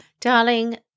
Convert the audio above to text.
darling